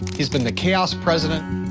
he's been the chaos president.